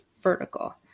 vertical